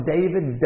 David